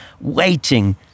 waiting